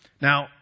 Now